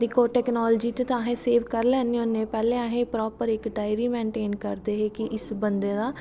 दिक्खो टैकऩालजी च ते अस सेव करी लैन्नेे होन्ने पैह्लें अस प्रापर इक डायरी मेनटेन करदे हे कि इस बंदे दा